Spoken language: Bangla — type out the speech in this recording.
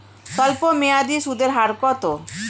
স্বল্পমেয়াদী সুদের হার কত?